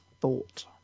thought